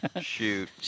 Shoot